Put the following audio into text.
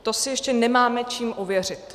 To si ještě nemáme čím ověřit.